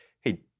hey